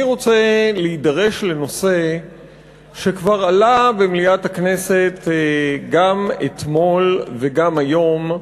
אני רוצה להידרש לנושא שכבר עלה במליאת הכנסת גם אתמול וגם היום,